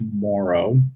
tomorrow